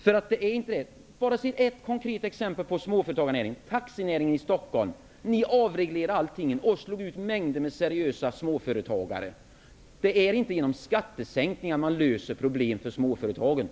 För att ta upp ett konkret exempel på företagarnäring kan jag nämna taxinäringen som avreglerades i Stockholm, och mängder med seriösa småföretag slogs ut. Det är inte genom skattesänkningar som problemen för småföretag löses.